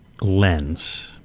lens